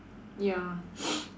ya